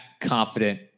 confident